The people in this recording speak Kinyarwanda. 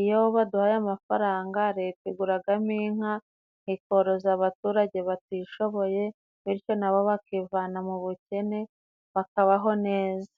iyo baduhaye amafaranga Leta iguragamo inka, ikoroza abaturage batishoboye bityo nabo bakivana mu bukene, bakabaho neza.